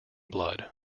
blood